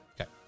Okay